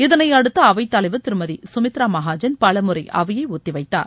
இதனையடுத்து அவைத் தலைவர் திருமதி சுமித்ரா மஹாஜன் பலமுறை அவையை ஒத்தி வைத்தார்